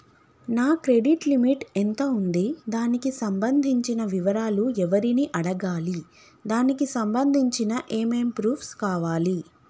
నా credit limit ఎంత ఉంది? దానికి సంబంధించిన వివరాలు ఎవరిని అడగాలి? దానికి సంబంధించిన ఏమేం ప్రూఫ్స్ కావాలి?